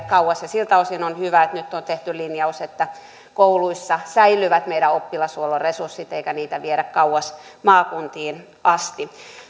kauas ja siltä osin on hyvä että nyt on tehty linjaus että kouluissa säilyvät meidän oppilashuoltomme resurssit eikä niitä viedä kauas maakuntiin asti